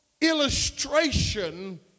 illustration